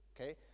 okay